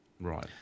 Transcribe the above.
Right